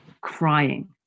crying